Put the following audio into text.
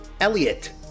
Elliot